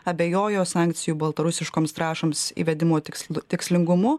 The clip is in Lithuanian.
abejojo sankcijų baltarusiškoms trąšoms įvedimo tikslu tikslingumu